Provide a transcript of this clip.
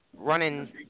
running